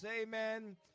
Amen